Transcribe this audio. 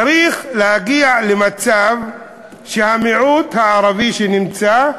צריך להגיע למצב שהמיעוט הערבי שנמצא,